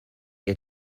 ihr